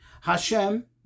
Hashem